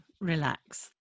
relax